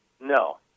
no